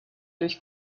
durch